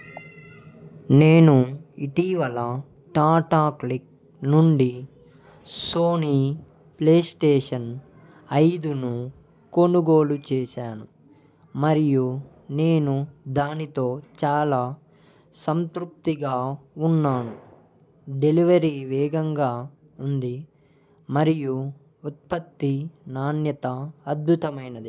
నేను ఇటీవల టాటా క్లిక్ నుండి సోనీ ప్లే స్టేషన్ ఐదును కొనుగోలు చేశాను మరియు నేను దానితో చాలా సంతృప్తిగా ఉన్నాను డెలివరీ వేగంగా ఉంది మరియు ఉత్పత్తి నాణ్యత అద్భుతమైనది